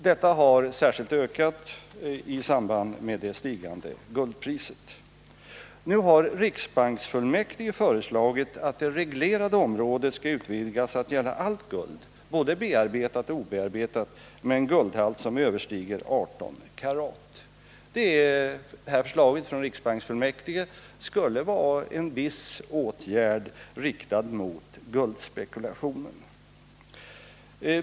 Denna handel har ökat i samband med det stigande guldpriset. Riksbanksfullmäktige har föreslagit att det reglerade området skall utvidgas att gälla allt guld, både bearbetat och obearbetat, med en guldhalt som överstiger 18 karat. Förslaget från riksbanksfullmäktige skulle i viss mån rikta sig mot guldspekulationen.